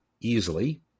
easily